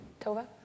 Tova